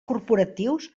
corporatius